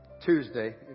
Tuesday